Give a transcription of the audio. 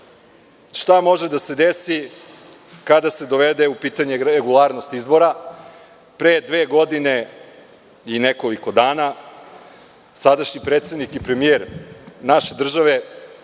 šta može da se desi kada se dovede u pitanje regularnost izbora. Pre dve godine i nekoliko dana, sadašnji predsednik i premijer naše države,